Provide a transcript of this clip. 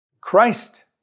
Christ